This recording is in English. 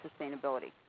sustainability